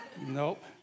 Nope